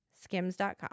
Skims.com